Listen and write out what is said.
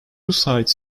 sides